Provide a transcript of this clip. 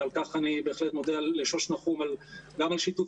ועל כך אני בהחלט מודה לשוש נחום גם על שיתוף